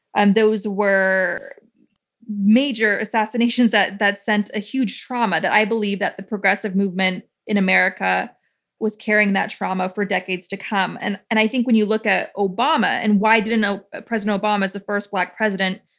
and those were major assassinations that that sent a huge trauma. i believe that the progressive movement in america was carrying that trauma for decades to come. and and i think when you look at obama and why didn't ah president obama, as the first black president,